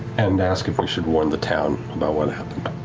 and ask if we should warn the town about what happened.